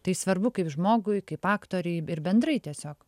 tai svarbu kaip žmogui kaip aktoriui ir bendrai tiesiog